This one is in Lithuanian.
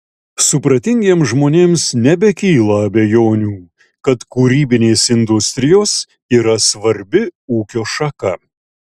supratingiems žmonėms nebekyla abejonių kad kūrybinės industrijos yra svarbi ūkio šaka